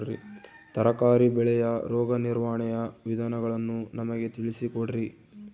ತರಕಾರಿ ಬೆಳೆಯ ರೋಗ ನಿರ್ವಹಣೆಯ ವಿಧಾನಗಳನ್ನು ನಮಗೆ ತಿಳಿಸಿ ಕೊಡ್ರಿ?